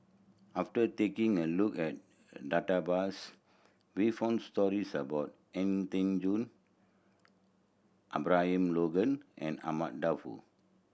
after taking a look at database we found stories about An Tan Juan Abraham Logan and Ahmad Daud